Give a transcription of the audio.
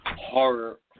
horror